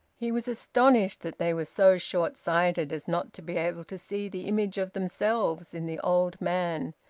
he was astonished that they were so short-sighted as not to be able to see the image of themselves in the old man,